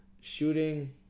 Shooting